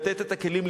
לתת את הכלים,